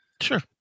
Sure